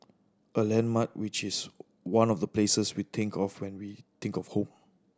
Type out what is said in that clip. a landmark which is one of the places we think of when we think of home